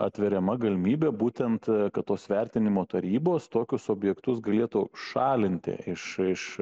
atveriama galimybė būtent kad tos vertinimo tarybos tokius objektus galėtų šalinti iš iš